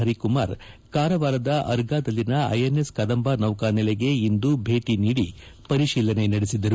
ಹರಿಕುಮಾರ್ ಕಾರವಾರದ ಅರ್ಗಾದಲ್ಲಿನ ಐಎನ್ಎಸ್ ಕದಂಬ ನೌಕಾನೆಲೆಗೆ ಇಂದು ಭೇಟ ನೀಡಿ ಪರಿಶೀಲನೆ ನಡೆಸಿದರು